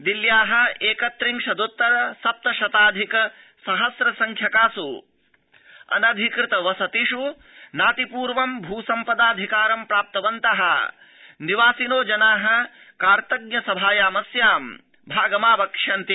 दिल्ल्याम् एक त्रिंशदत्तर सप्तशताधिक सहम्र संख्यकास् अनधिकृत वसतिष् नातिपूर्व भू सम्पदाऽधिकारं प्राप्तवन्तो निवासि जना कार्त्तज्य सभायामस्यां भागमावक्ष्यन्ति